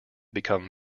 become